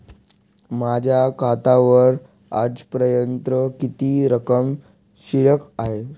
माझ्या खात्यावर आजपर्यंत किती रक्कम शिल्लक आहे?